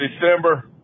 December